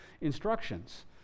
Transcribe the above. instructions